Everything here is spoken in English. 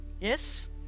Yes